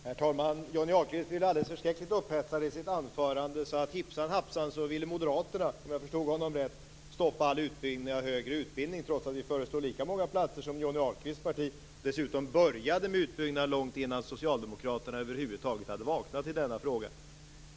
Herr talman! Johnny Ahlqvist blev alldeles förskräckligt upphetsad i sitt anförande. Om jag förstod honom rätt ville moderaterna plötsligt stoppa all utbyggnad av högre utbildning, trots att vi föreslår lika många platser som Johnny Ahlqvists parti. Dessutom började vi med utbyggnaden långt innan socialdemokraterna över huvud taget hade vaknat i denna fråga.